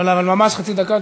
אבל ממש חצי דקה,